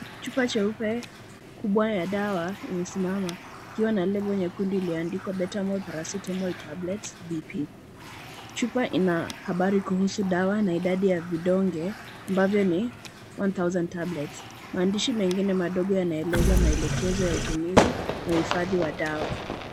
Chupa cheupe kubwa ya dawa imesimama ikiwa na lebo nyekundu iliyoandikwa (cs)betamol paracetamol tablet BP(cs). Chupa ina habari kuhusu dawa na idadi ya vidonge ambavyo ni 1000 tablets. Maandishi mengine madogo yanaeleza maelekezo ya utumizi na uhifadhi wa dawa.